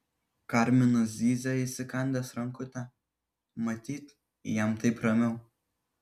karminas zyzia įsikandęs rankutę matyt jam taip ramiau